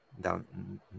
down